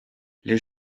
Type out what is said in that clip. les